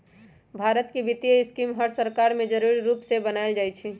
भारत के वित्तीय स्कीम हर सरकार में जरूरी रूप से बनाएल जाई छई